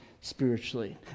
spiritually